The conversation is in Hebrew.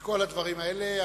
מכל הדברים האלה,